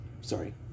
Sorry